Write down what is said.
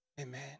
Amen